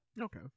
Okay